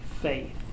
faith